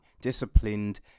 Disciplined